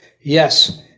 yes